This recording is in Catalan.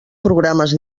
programes